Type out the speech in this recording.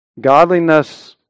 Godliness